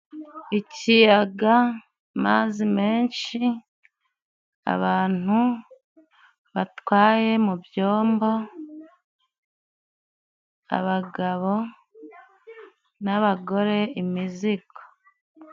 Ikiyaga, amazi menshi, abantu batwaye mu byomba abagabo n'abagore, imizigo.